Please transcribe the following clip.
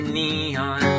neon